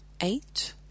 eight